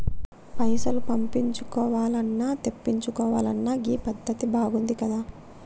పైసలు పంపించాల్నన్నా, తెప్పిచ్చుకోవాలన్నా గీ పద్దతి మంచిగుందికదా